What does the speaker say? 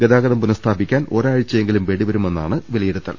ഗതാഗതം പുനഃസ്ഥാപിക്കാൻ ഒരാഴ്ച യെങ്കിലും വേണ്ടിവരുമെന്നാണ് വിലയിരുത്തൽ